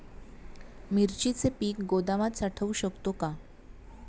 मिरचीचे पीक गोदामात साठवू शकतो का?